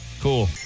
Cool